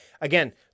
Again